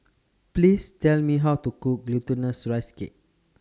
Please Tell Me How to Cook Glutinous Rice Cake